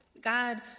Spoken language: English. God